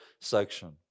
section